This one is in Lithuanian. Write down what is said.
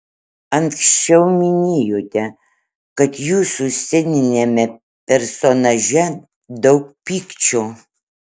anksčiau minėjote kad jūsų sceniniame personaže daug pykčio